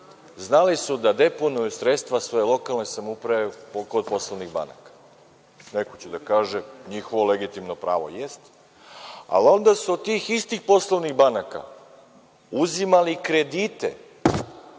znali su da deponuju sredstva svoje lokalne samouprave kod poslovnih banaka. Neko će da kaže – njihovo legitimno pravo. Jeste. Ali onda su od tih istih poslovnih banaka uzimali kredite